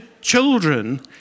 children